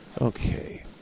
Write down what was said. Okay